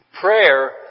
Prayer